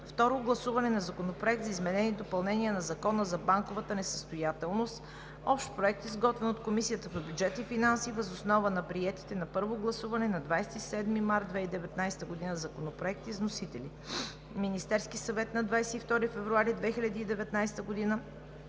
Второ гласуване на Законопроекта за изменение и допълнение на Закона за банковата несъстоятелност. Общ проект, изготвен от Комисията по бюджет и финанси въз основа на приетите на първо гласуване на 27 март 2019 г. законопроекти, с вносители – Министерският съвет на 22 февруари 2019 г.;